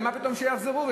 מה פתאום שיחזרו?